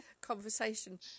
conversation